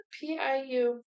P-I-U